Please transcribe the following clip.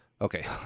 Okay